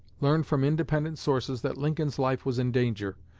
learned from independent sources that lincoln's life was in danger,